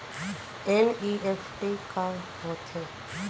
NEFT का होथे?